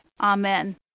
Amen